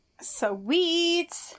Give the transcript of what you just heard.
Sweet